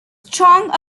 strong